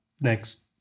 next